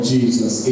Jesus